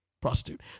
prostitute